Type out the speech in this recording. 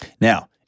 Now